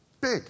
Big